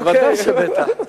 בוודאי שבטח.